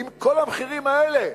האם כל המחירים האלה,